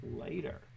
later